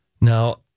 Now